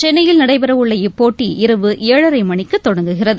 சென்னையில் நடைபெறவுள்ள இப்போட்டி இரவு ஏழரை மணிக்கு தொடங்குகிறது